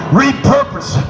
repurpose